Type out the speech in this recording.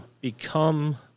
become